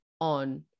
on